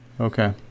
Okay